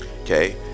okay